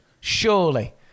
Surely